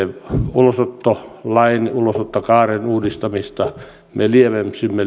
ulosottolain ulosottokaaren uudistamista me lievensimme